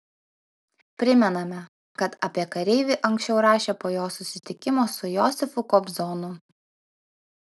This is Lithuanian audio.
primename kad apie kareivį anksčiau rašė po jo susitikimo su josifu kobzonu